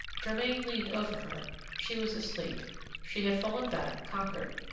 germain leaned over her she was asleep she had fallen back, conquered,